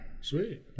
Sweet